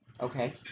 Okay